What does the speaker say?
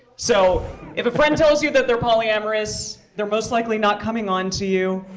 so if a friend tells you that they're polyamorous, they're most likely not coming on to you.